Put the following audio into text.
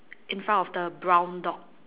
in front of the brown dog